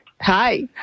Hi